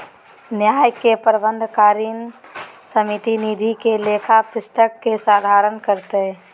न्यास के प्रबंधकारिणी समिति निधि के लेखा पुस्तिक के संधारण करतय